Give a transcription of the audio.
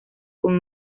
con